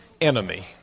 enemy